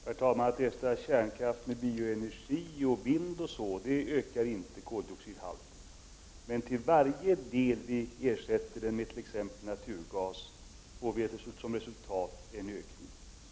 Herr talman! Koldioxidhalten ökar inte när man ersätter kärnkraften med bioenergi, vind osv. Men till varje del vi ersätter kärnkraften med t.ex. naturgas får det till resultat en ökning av koldioxidhalten.